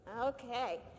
Okay